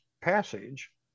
passage